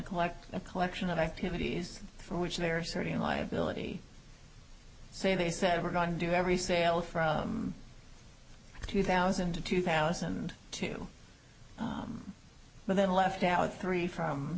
collect a collection of activities for which there are certain liability say they said we're going to do every sale for two thousand to two thousand two but then left out three from